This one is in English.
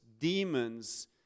demons